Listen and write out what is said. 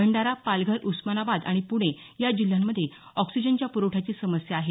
भंडारा पालघर उस्मानाबाद आणि पूणे या जिल्ह्यांमध्ये ऑक्सिजनच्या पुरवठ्याची समस्या आहे